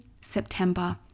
September